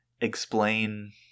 explain